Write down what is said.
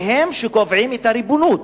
שהם שקובעים את הריבונות?